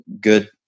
good